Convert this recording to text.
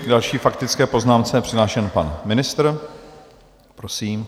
K další faktické poznámce je přihlášen pan ministr, prosím.